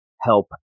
Help